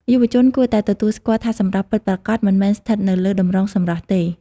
យុវជនគួរតែទទួលស្គាល់ថាសម្រស់ពិតប្រាកដមិនមែនស្ថិតនៅលើតម្រងសម្រស់ទេ។